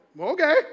okay